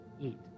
eat